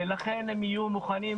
לכן הם יהיו מוכנים,